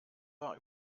war